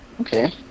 Okay